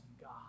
God